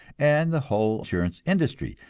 and the whole insurance industry,